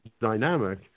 dynamic